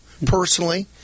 Personally